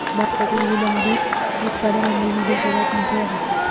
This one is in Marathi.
भारतातील विलंबित उत्पादन अमूलमधील सर्वात मोठे आहे